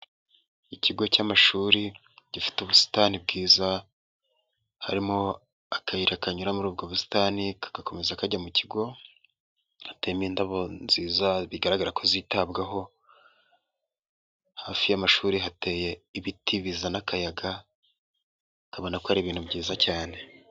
Ikigo cy'amashuri gifite ubusitani bwiza, harimo akayira kanyura muri ubwo busitani kagakomeza kajya mu kigo, hateyemo indabo nziza zigaragara ko zitabwaho, hafi y'amashuri hateye ibiti biza n'akayaga, ukabona ko ari ibintu byiza cyane.